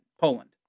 Poland